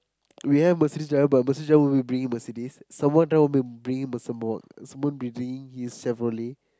we have Mercedes driver but Mercedes driver will bringing Mercedes someone else will be bringing Mers~ Sembawang Sembawang will be bringing his Chevrolet